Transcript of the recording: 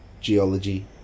geology